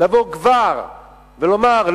לבוא כבר ולומר,